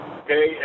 okay